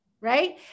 right